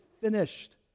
finished